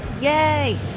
yay